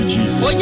Jesus